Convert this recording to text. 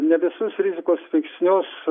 ne visus rizikos veiksnius